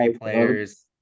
players